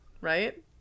right